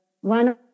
One